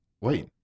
wait